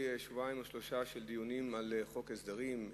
שבועיים או שלושה שבועות של דיונים על חוק הסדרים,